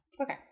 Okay